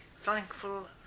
thankful